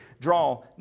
draw